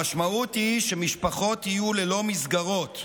המשמעות היא שמשפחות יהיו ללא מסגרות,